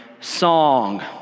song